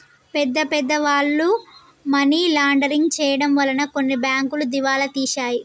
పెద్ద పెద్ద వాళ్ళు మనీ లాండరింగ్ చేయడం వలన కొన్ని బ్యాంకులు దివాలా తీశాయి